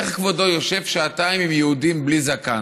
איך כבודו יושב שעתיים עם יהודים בלי זקן?